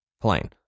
plane